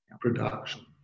production